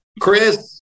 Chris